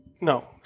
No